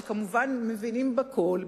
שכמובן מבינים בכול,